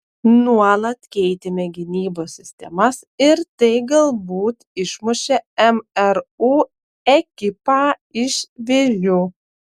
nuolat keitėme gynybos sistemas ir tai galbūt išmušė mru ekipą iš vėžių